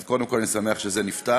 אז קודם כול אני שמח שזה נפתר.